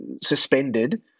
suspended